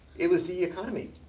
it was the economy.